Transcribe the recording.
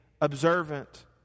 observant